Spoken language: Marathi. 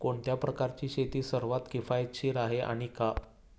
कोणत्या प्रकारची शेती सर्वात किफायतशीर आहे आणि का?